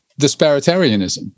disparitarianism